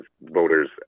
voters